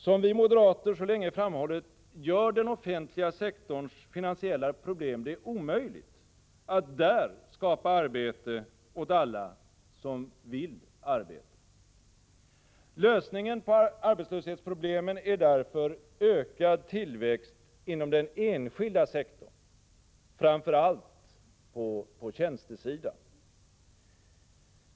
Som vi moderater så länge framhållit, gör den offentliga sektorns finansiella problem det omöjligt att där skapa arbete åt alla som vill arbeta. Lösningen på arbetslöshetsproblemen är därför ökad tillväxt inom den enskilda sektorn, framför allt på tjänstesidan.